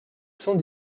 cent